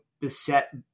beset